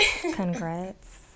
Congrats